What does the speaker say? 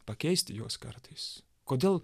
pakeisti juos kartais kodėl